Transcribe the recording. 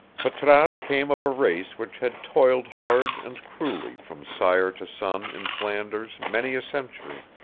patrasche came of a race which had toiled hard and cruelly from sire to son in flanders many a century